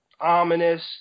ominous